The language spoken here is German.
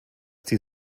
die